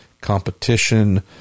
competition